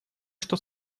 что